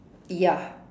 ya